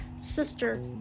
sister